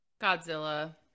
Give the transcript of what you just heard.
Godzilla